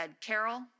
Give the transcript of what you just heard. Carol